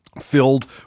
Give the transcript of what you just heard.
filled